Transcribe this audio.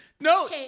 No